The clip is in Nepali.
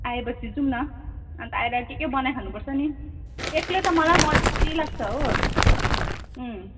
आएपछि जाँउ न अन्त आएर के के बनाइखानु पर्छ नि एक्लै त मलाई पनि अल्छी लाग्छ हो